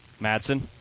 Madsen